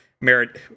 merit